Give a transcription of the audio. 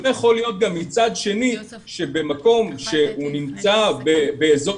מצד שני איך יכול להיות שבמקום שנמצא באזור